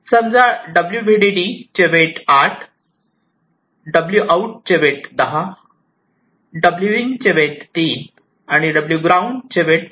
समजा डब्ल्यू व्हिडीडी चे वेट 8 डब्ल्यू आऊट चे वेट 10 डब्ल्यू इन चे वेट 3 आणि डब्ल्यू ग्राउंड चे वेट 3 आहे